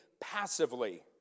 passively